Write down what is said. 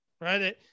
right